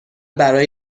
برای